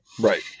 Right